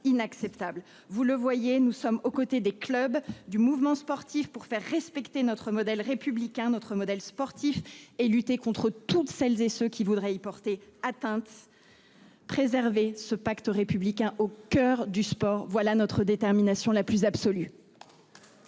Vous le voyez, nous sommes aux côtés des clubs, du mouvement sportif, pour faire respecter notre modèle républicain, notre modèle sportif, et pour combattre toutes celles et tous ceux qui voudraient y porter atteinte. Préserver le pacte républicain au coeur du sport : voilà notre détermination la plus absolue